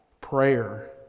prayer